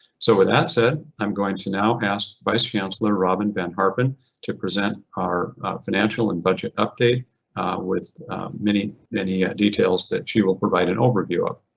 so with that said, i'm going to now ask vice chancellor robin van harpen to present our financial and budget update with many, many details that she will provide an overview of,